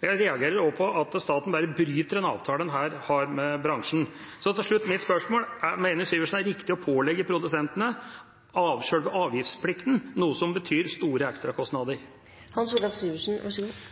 Jeg reagerer også på at staten bare bryter en avtale en her har med bransjen. Til slutt mitt spørsmål: Mener Syversen det er riktig å pålegge produsentene avgiftsplikten, noe som betyr store ekstrakostnader? Når det gjelder om det er en reell nykomling eller ikke, var det så